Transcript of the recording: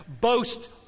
Boast